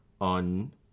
on